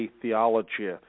theology